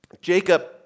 Jacob